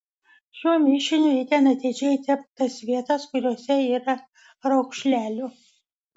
šiuo mišiniu itin atidžiai tepk tas vietas kuriose yra raukšlelių